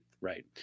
right